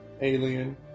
Alien